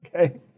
Okay